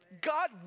God